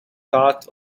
thought